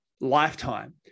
Lifetime